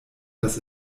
das